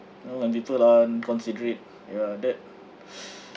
you know when people are inconsiderate ya that